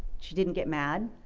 she didn't get mad.